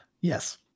yes